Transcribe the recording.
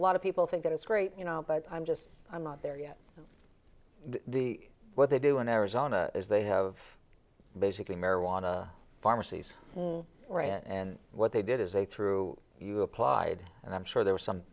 lot of people think that it's great you know but i'm just i'm not there yet the what they do in arizona is they have basically marijuana pharmacies and what they did is they through you applied and i'm sure there were some